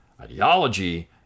Ideology